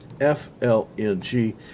F-L-N-G